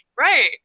Right